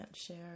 share